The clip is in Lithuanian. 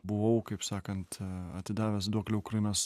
buvau kaip sakant atidavęs duoklę ukrainos